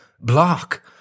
Block